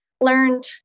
learned